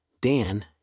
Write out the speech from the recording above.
Dan